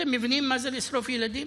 אתם מבינים מה זה לשרוף ילדים?